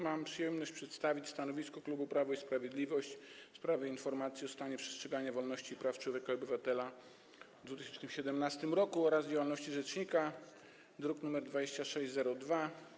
Mam przyjemność przedstawić stanowisko klubu Prawo i Sprawiedliwość w sprawie informacji o stanie przestrzegania wolności i praw człowieka i obywatela w 2017 r. oraz o działalności rzecznika, druk nr 2602.